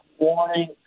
morning